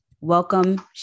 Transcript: Welcome